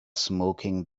smoking